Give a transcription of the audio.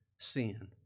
sin